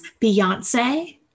Beyonce